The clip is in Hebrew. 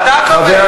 מיקי,